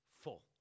full